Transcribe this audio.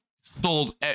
sold